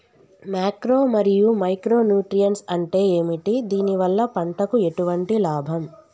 Macro మరియు micro nutrients అంటే ఏమిటి? దీనివల్ల పంటకు ఎటువంటి లాభం?